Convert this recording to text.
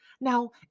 now